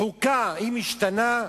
חוקה משתנה,